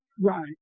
Right